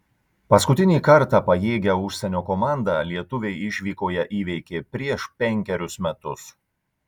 paskutinį kartą pajėgią užsienio komandą lietuviai išvykoje įveikė prieš penkerius metus